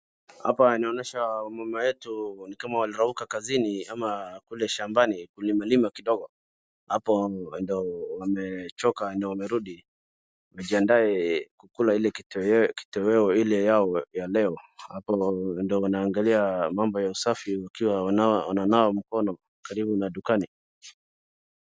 Hapa inaonyesha wamama wetu ni kama walirauka kazini ama kule shambani kulimalima kidogo. Hapo ndio wamechoka ndio wamerudi wajiandae kukula ile kitowea ile yao ya leo, ndio wanaangalia mambo ya usafi wakiwa wananawa mikono karibu na dukani.